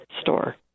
store